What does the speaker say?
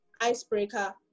icebreaker